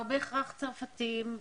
לא בהכרח צרפתים,